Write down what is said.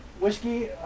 whiskey